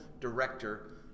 director